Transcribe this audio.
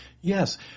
Yes